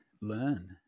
learn